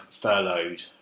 furloughed